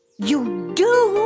you do?